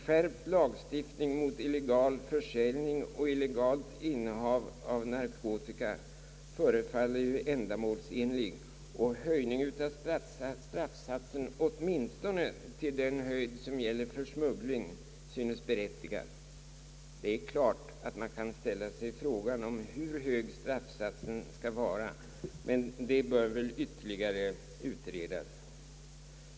Skärpt lagstiftning mot illegal försäljning och illegalt innehav av narkotika förefaller ändamålsenlig, och höjning av straffsatsen åtminstone till samma nivå som för smuggling synes berättigad. Det är klart att man kan ställa sig frågan, hur hög straffsatsen skall vara; men det problemet bör väl ytterligare utredas.